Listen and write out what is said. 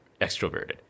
extroverted